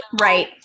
right